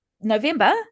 November